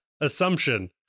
assumption